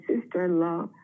sister-in-law